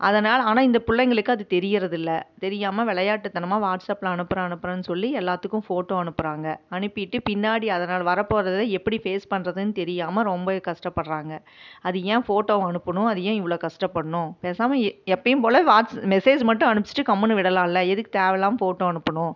அதனால் ஆனால் இந்த பிள்ளைங்களுக்கு அது தெரியிறதில்லை தெரியாம விளையாட்டு தனமாக வாட்ஸ்ஆப்பில் அனுப்புறேன் அனுப்புறேன்னு சொல்லி எல்லாத்துக்கும் ஃபோட்டோ அனுப்புறாங்க அனுப்பிவிட்டு பின்னாடி அதனால் வர போறதை எப்படி ஃபேஸ் பண்ணுறதுன்னு தெரியாம ரொம்பவே கஷ்டபட்றாங்க அது ஏன் ஃபோட்டோவை அனுப்பணும் அது ஏன் இவ்வளோ கஷ்டப்படணும் பேசாம எ எப்பயும் போல் வாட்ஸ் மெசேஜ் மட்டும் அனுப்பிச்சிவிட்டு கம்முன்னு விடலால்ல எதுக்கு தேவையில்லாம ஃபோட்டோ அனுப்பணும்